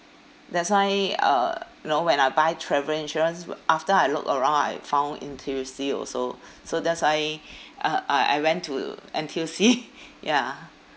that's why uh you know when I buy travel insurance after I look around I found N_T_U_C also so that's why uh I I went to N_T_U_C ya